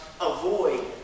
avoid